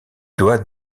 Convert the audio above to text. doit